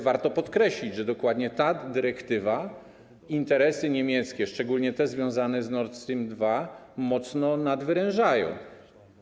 Warto więc podkreślić, że dokładnie ta dyrektywa interesy niemieckie, szczególnie te związane z Nord Stream 2, mocno nadwyręża.